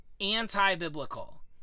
anti-biblical